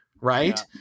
Right